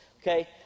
Okay